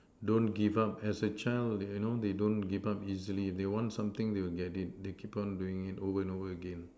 don't give up as a child you know they don't give up easily they want something they will get it they keep on doing it over and over again